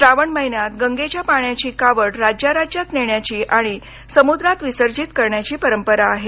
श्रावण महिन्यात गंगेच्या पाण्याची कावड राज्या राज्यात नेण्याची आणि समुद्रात विसर्जित करण्याची परंपरा आहे